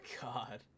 god